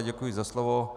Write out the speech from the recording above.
Děkuji za slovo.